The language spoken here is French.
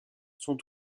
sont